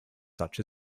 such